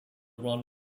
run